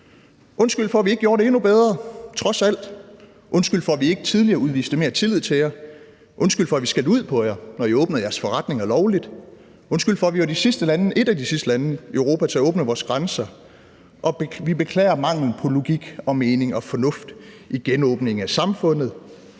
Undskyld for, at vi ikke gjorde det endnu bedre, trods alt, undskyld for, at vi ikke tidligere udviste mere tillid til jer, undskyld for, at vi skældte ud på jer, når I åbnede jeres forretninger lovligt, undskyld for, at vi var et af de sidste lande i Europa til at åbne vores grænser. Og vi beklager mangelen på logik og mening og fornuft i genåbningen af samfundet.